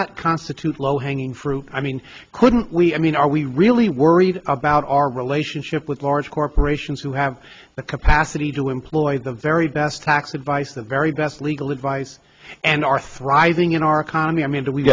that constitute low hanging fruit i mean couldn't we i mean are we really worried about our relationship with large corporations who have the capacity to employ the very best tax advice the very best legal advice and are thriving in our economy i mean